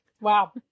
Wow